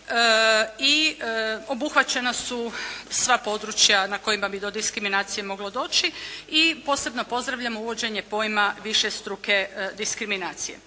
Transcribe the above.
i obuhvaćena su sva područja na kojima bi do diskriminacije moglo doći. I posebno pozdravljam uvođenje pojma višestruke diskriminacije.